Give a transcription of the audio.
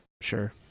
Sure